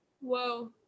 Whoa